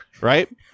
Right